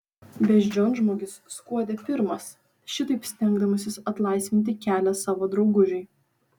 beždžionžmogis skuodė pirmas šitaip stengdamasis atlaisvinti kelią savo draugužiui